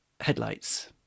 headlights